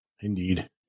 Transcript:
indeed